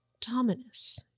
Dominus